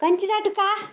ಕಂಚಿ ನಾಟು ಕಾ